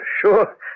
sure